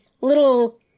little